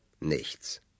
nichts